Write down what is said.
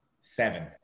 Seven